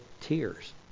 tears